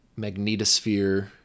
magnetosphere